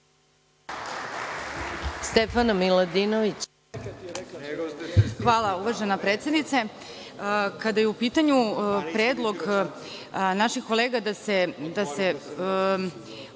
**Stefana Miladinović** Hvala, uvažena predsednice. Kada je u pitanju predlog naših kolega da se briše